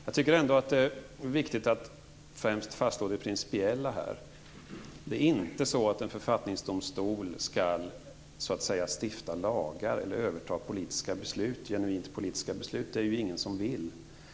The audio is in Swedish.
Jag tycker att det är viktigt att främst fastslå det principiella här. En författningsdomstol skall inte stifta lagar eller överta genuint politiska beslut. Det är ingen som vill det.